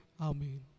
Amen